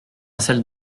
celles